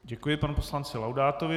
Děkuji panu poslanci Laudátovi.